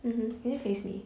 mmhmm can you face me